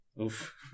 Oof